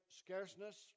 scarceness